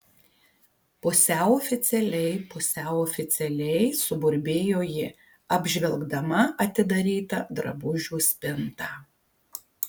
pusiau oficialiai pusiau oficialiai suburbėjo ji apžvelgdama atidarytą drabužių spintą